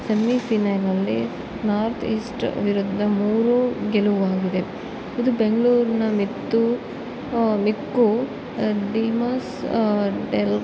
ಸೆಮಿಫಿನಾಲ್ನಲ್ಲಿ North East ವಿರುದ್ಧ ಮೂರು ಗೆಲುವಾಗಿದೆ ಇದು ಬೆಂಗಳೂರಿನಲ್ಲಿತ್ತು ಮಿಕ್ಕ ಡಿಮಾಸ್ ಡೆಲ್